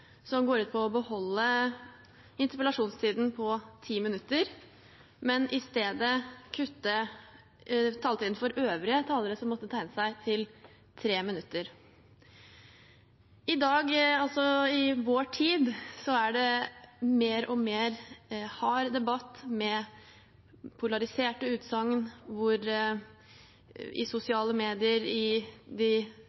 som går ut på å beholde interpellasjonstiden på 10 minutter, men i stedet kutte taletiden for øvrige talere som måtte tegne seg, til 3 minutter. I vår tid er det en mer og mer hard debatt med polariserte utsagn i sosiale medier og i